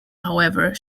however